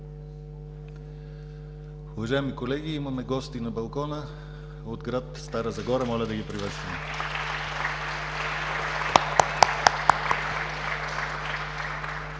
Уважаеми колеги, имаме гости на балкона от гр. Стара Загора. Моля да ги приветстваме.